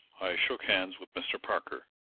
i shook hands with mr. parker.